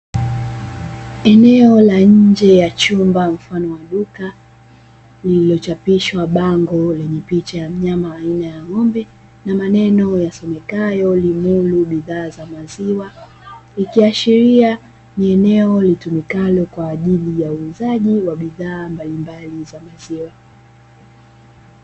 Eneo la nje ya chumba mfano wa duka, lililochapishwa bango lenye picha ya mnyama aina ya ng'ombe na maneno yasomekayo "limuru bidhaa za maziwa", ikiashiria ni eneo litumikalo kwa ajili ya uuzaji wa bidhaa mbalimbali za maziwa.